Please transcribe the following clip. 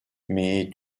mais